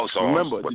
Remember